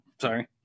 sorry